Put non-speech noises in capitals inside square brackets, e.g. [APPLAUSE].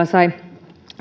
[UNINTELLIGIBLE] sai